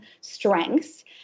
strengths